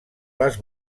les